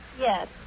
Yes